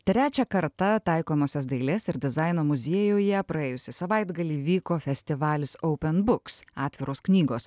trečią kartą taikomosios dailės ir dizaino muziejuje praėjusį savaitgalį vyko festivalis oupen buks atviros knygos